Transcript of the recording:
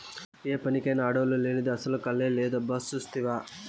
ఏ పనికైనా ఆడోల్లు లేనిదే అసల కళే లేదబ్బా సూస్తివా